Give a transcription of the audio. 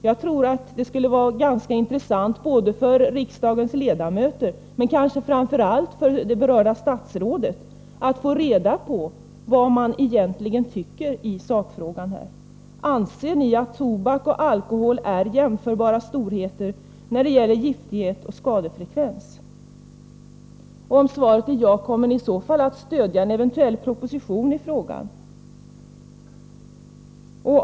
Jag tror att det skulle vara ganska intressant både för riksdagens ledamöter men kanske framför allt för det berörda statsrådet att få reda på vad man egentligen tycker i sakfrågan. Anser ni att tobak och alkohol är jämförbara storheter när det gäller giftighet och skadefrekvens? Om svaret är ja, kommer ni i så fall att stödja en eventuell proposition i frågan?